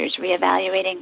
reevaluating